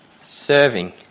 Serving